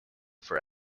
for